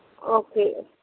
okay